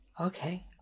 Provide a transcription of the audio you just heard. Okay